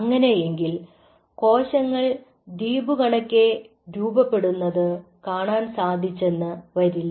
അങ്ങനെയെങ്കിൽ കോശങ്ങൾ ദ്വീപു കണക്കെ രൂപപ്പെടുന്നത് കാണാൻ സാധിച്ചെന്നു വരില്ല